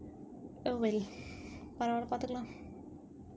oh well பரவால பாத்துக்குலா:paravaala paathukkalaa